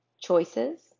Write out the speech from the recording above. Choices